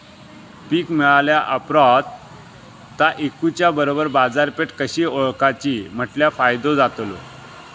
पीक मिळाल्या ऑप्रात ता इकुच्या बरोबर बाजारपेठ कशी ओळखाची म्हटल्या फायदो जातलो?